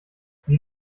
wie